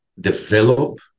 develop